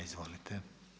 Izvolite.